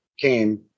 came